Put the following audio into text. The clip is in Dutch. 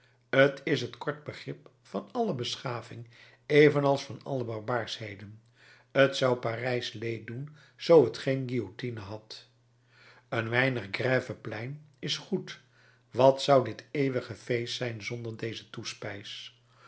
t is het kort begrip van alle beschaving evenals van alle barbaarschheden t zou parijs leed doen zoo t geen guillotine had een weinig grève plein is goed wat zou dit eeuwige feest zijn zonder deze toespijs